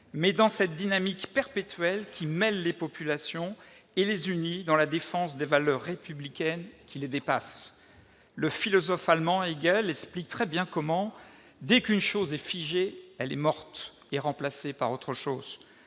mais dans cette dynamique perpétuelle qui mêle les populations et les unit dans la défense de valeurs républicaines qui les dépassent. Le philosophe allemand Hegel explique très bien comment, dès qu'une chose est figée, elle est morte et remplacée par autre chose.